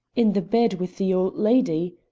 in the bed with the old lady.